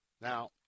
Now